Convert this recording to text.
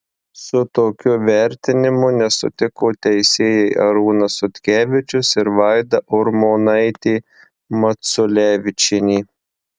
su tokiu vertinimu nesutiko teisėjai arūnas sutkevičius ir vaida urmonaitė maculevičienė